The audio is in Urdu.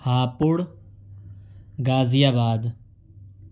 ہاپوڑ غازی آباد